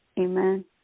Amen